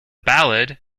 ballad